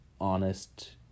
honest